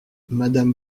madame